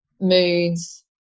moods